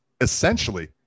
essentially